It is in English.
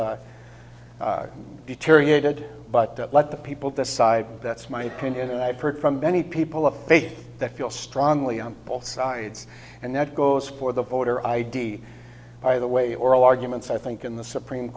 deteriorated but let the people decide that's my opinion and i've heard from many people of base that feel strongly on both sides and that goes for the voter id by the way oral arguments i think in the supreme